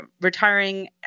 retiring